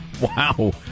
Wow